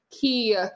key